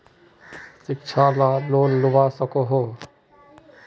शिक्षा ला लोन लुबा सकोहो?